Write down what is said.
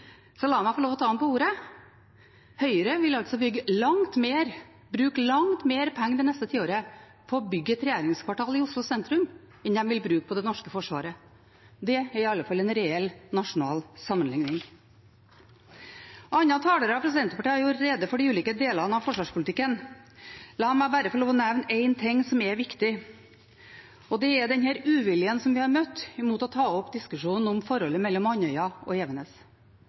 Så la meg få lov til å ta ham på ordet: Høyre vil bruke langt mer penger det neste tiåret på å bygge et regjeringskvartal i Oslo sentrum enn de vil bruke på det norske forsvaret. Det er i alle fall en reell nasjonal sammenligning. Andre talere fra Senterpartiet har gjort rede for de ulike delene av forsvarspolitikken. La meg bare få nevne én ting som er viktig: Det er uviljen vi har møtt når det gjelder å ta opp diskusjonen om forholdet mellom Andøya og Evenes.